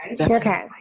okay